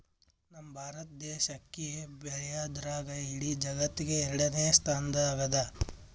ನಮ್ ಭಾರತ್ ದೇಶ್ ಅಕ್ಕಿ ಬೆಳ್ಯಾದ್ರ್ದಾಗ್ ಇಡೀ ಜಗತ್ತ್ನಾಗೆ ಎರಡನೇ ಸ್ತಾನ್ದಾಗ್ ಅದಾ